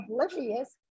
oblivious